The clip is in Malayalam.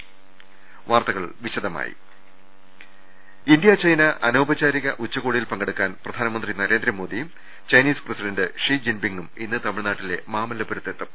ങ്ങ ൽ ഇന്തൃ ചൈന അനൌപചാരിക ഉച്ചകോടിയിൽ പങ്കെടുക്കാൻ പ്രധാനമന്തി നരേന്ദ്രമോദിയും ചൈനീസ് പ്രസിഡന്റ് ഷീ ജിൻപിങ്ങും ഇന്ന് തമിഴ്നാട്ടിലെ മാമല്ലപുരത്തെത്തും